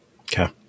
Okay